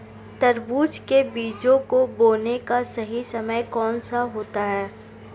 तरबूज के बीजों को बोने का सही समय कौनसा होता है?